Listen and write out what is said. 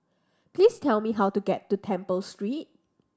please tell me how to get to Temple Street